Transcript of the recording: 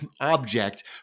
object